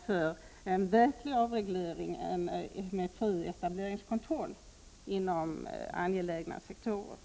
Den utvecklas negativt år efter år.